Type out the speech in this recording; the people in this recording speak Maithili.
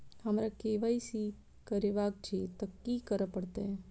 हमरा केँ वाई सी करेवाक अछि तऽ की करऽ पड़तै?